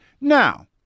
Now –